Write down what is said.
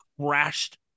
crashed